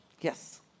Yes